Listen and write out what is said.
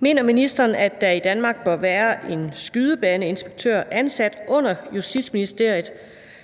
Mener ministeren, at der i Danmark bør være en skydebaneinspektør ansat under Justitsministeriet,